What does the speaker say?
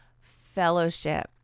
fellowship